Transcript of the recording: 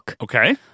Okay